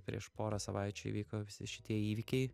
prieš porą savaičių įvyko visi šitie įvykiai